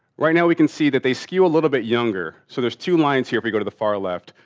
right now we can see that they skew a little bit younger. so, there's two lines here if we go to the far left.